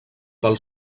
pel